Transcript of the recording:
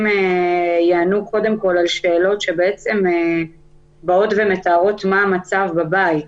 יענו קודם כול על שאלות שמתארות מה המצב בבית.